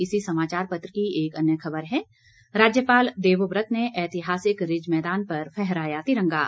इसी समाचार पत्र की एक अन्य खबर है राज्यपाल देवव्रत ने ऐतिहासिक रिज मैदान पर फहराया तिरंगा